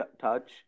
touch